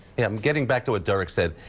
um getting back to what derrick said,